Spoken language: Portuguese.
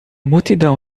multidão